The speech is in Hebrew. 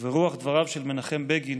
וברוח דבריו של מנחם בגין,